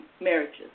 marriages